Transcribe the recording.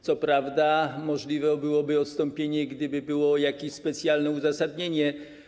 Co prawda możliwe jest odstąpienie, gdyby było jakieś specjalne uzasadnienie.